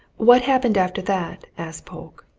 what happened after that? asked polke.